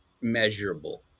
measurable